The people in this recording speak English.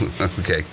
Okay